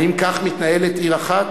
האם כך מתנהלת עיר אחת?